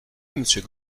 monsieur